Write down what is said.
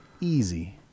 easy